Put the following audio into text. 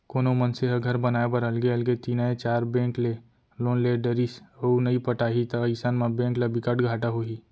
कोनो मनसे ह घर बनाए बर अलगे अलगे तीनए चार बेंक ले लोन ले डरिस अउ नइ पटाही त अइसन म बेंक ल बिकट घाटा होही